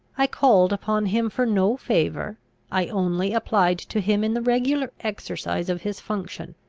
i called upon him for no favour i only applied to him in the regular exercise of his function.